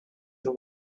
you